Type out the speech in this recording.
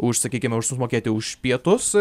už sakykime už sumokėti už pietus